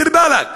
דיר באלכ,